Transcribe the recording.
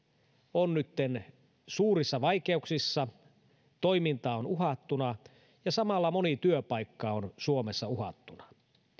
on nytten suurissa vaikeuksissa toiminta on uhattuna ja samalla moni työpaikka on suomessa uhattuna